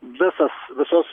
visas visos